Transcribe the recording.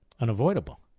unavoidable